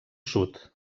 sud